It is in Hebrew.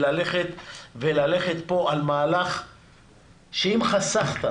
וללכת פה על מהלך שאם חסכת